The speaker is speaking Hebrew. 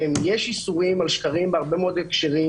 יש איסורים על שקרים בהרבה מאוד הקשרים